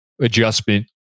adjustment